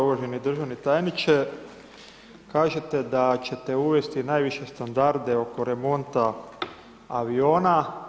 Uvaženi državni tajniče, kažete da ćete uvesti najviše standarde oko remonta aviona.